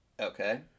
Okay